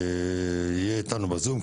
יהיה איתנו בזום.